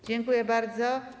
Dziękuję bardzo.